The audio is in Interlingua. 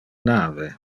nave